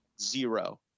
Zero